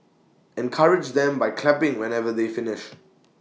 encourage them by clapping whenever they finish